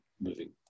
moving